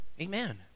Amen